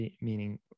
meaning